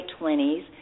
20s